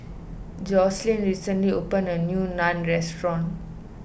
Joselin recently opened a new Naan restaurant